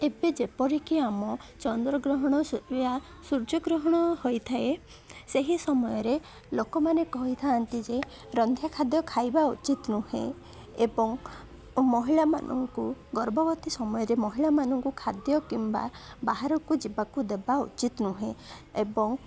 ଏବେ ଯେପରିକି ଆମ ଚନ୍ଦ୍ରଗ୍ରହଣ ସୂର୍ଯ୍ୟଗ୍ରହଣ ହୋଇଥାଏ ସେହି ସମୟରେ ଲୋକମାନେ କହିଥାନ୍ତି ଯେ ରନ୍ଧା ଖାଦ୍ୟ ଖାଇବା ଉଚିତ୍ ନୁହେଁ ଏବଂ ମହିଳାମାନଙ୍କୁ ଗର୍ଭବତୀ ସମୟରେ ମହିଳାମାନଙ୍କୁ ଖାଦ୍ୟ କିମ୍ବା ବାହାରକୁ ଯିବାକୁ ଦେବା ଉଚିତ୍ ନୁହେଁ ଏବଂ